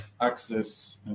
access